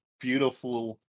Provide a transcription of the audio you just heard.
beautiful